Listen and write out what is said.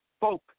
folk